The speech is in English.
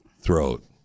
throat